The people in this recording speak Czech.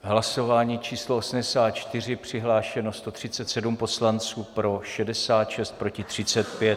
Hlasování číslo 84, přihlášeno 137 poslanců, pro 66, proti 35.